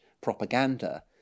propaganda